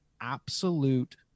absolute